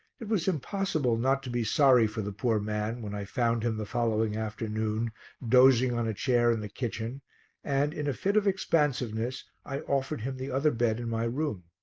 it was impossible not to be sorry for the poor man when i found him the following afternoon dozing on a chair in the kitchen and, in a fit of expansiveness, i offered him the other bed in my room.